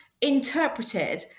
interpreted